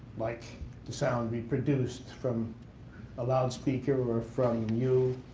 like the sound we produced from a loud speaker or from you.